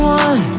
one